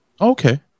Okay